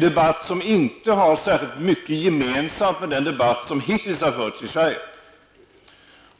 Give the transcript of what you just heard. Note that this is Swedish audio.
debatt som inte har särskilt mycket gemensamt med den debatt som hittills har förts i Sverige.